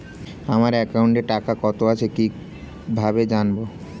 আমার একাউন্টে টাকা কত আছে কি ভাবে জানবো?